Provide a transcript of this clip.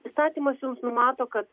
įstatymas numato kad